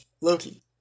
Loki